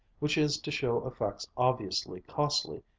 which is to show effects obviously costly,